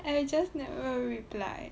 and I just never reply